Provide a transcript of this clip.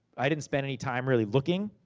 i didn't spend any time really looking.